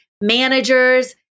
Managers